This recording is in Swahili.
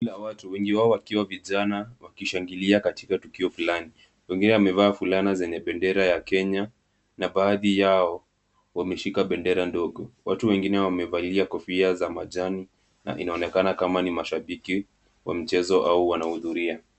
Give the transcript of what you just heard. Kundi la watu, wengi wao wakiwa vijana wakishangilia katika tukio fulani. Wengine wamevaa fulana zenye bendera ya Kenya na baadhi yao wameshika bendera ndogo. Watu wengine wamevalia kofia za majani na inaonekana kama ni mashabiki wa mchezo au wanahudhuria.